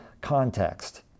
context